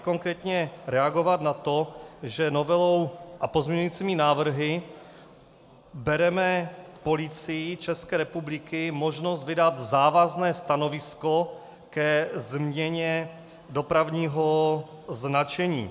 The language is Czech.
Konkrétně chci reagovat na to, že novelou a pozměňovacími návrhy bereme Policii České republiky možnost vydat závazné stanovisko ke změně dopravního značení.